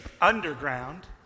underground